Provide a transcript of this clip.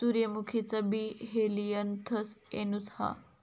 सूर्यमुखीचा बी Helianthus annuus हा